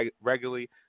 regularly